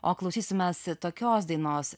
o klausysimės tokios dainos